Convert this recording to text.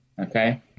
okay